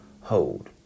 hold